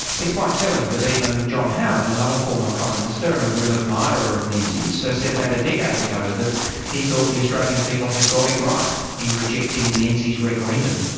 it's quite telling that even john howard, another former prime minister and a real admirer of menzies, so said about a decade ago that he felt the australian people had got it right in rejecting menzies' referendum.